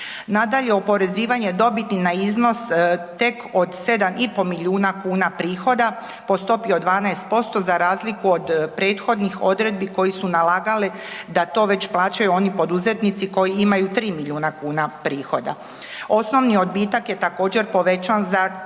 Nadalje, oporezivanje dobiti na iznos tek od 7,5 milijuna kuna prihoda po stopi od 12% za razliku od prethodnih odredbi koji su nalagali da to već plaćaju oni poduzetnici koji imaju 3 milijuna kuna prihoda. Osnovni odbitak je također povećan na